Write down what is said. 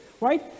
right